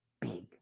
big